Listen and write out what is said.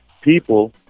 people